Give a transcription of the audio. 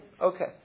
Okay